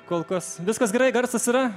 kol kas viskas gerai garsas yra